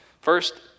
First